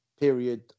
period